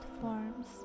forms